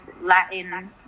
Latin